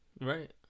Right